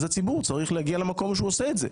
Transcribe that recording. אז הציבור להגיע למקום שהוא עושה את זה.